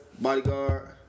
bodyguard